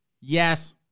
Yes